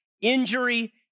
injury